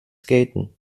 skaten